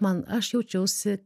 man aš jaučiausi